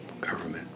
government